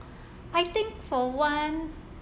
I think for one